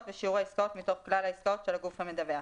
ושיעור העסקאות מתוך כלל העסקאות של הגוף המדווח.